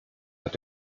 hat